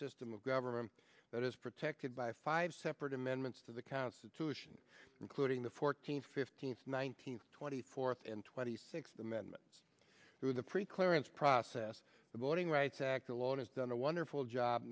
system of gov that is protected by five separate amendments to the constitution including the fourteenth fifteenth nineteenth twenty fourth and twenty sixth amendment through the pre clearance process the voting rights act alone has done a wonderful job